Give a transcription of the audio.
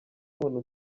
umuntu